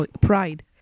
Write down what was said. pride